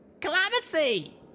Calamity